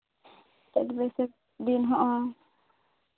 ᱪᱟᱹᱛᱼᱵᱟᱹᱭᱥᱟᱹᱠᱷ ᱫᱤᱱ ᱦᱚᱸ